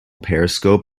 periscope